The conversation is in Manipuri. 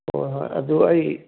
ꯍꯣꯏ ꯍꯣꯏ ꯑꯗꯣ ꯑꯩ